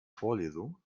vorlesung